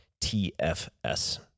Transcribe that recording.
TFS